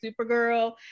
Supergirl